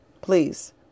Please